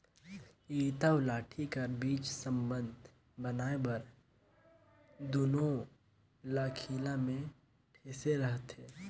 इरता अउ लाठी कर बीच संबंध बनाए बर दूनो ल खीला मे ठेसे रहथे